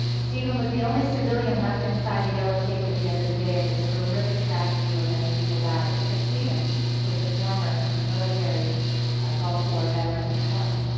steven was the only civilian left inside the yellow tape at the end of the day of this horrific tragedy where many people died. because steven was a former military gulf war veteran coreman,